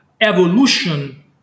evolution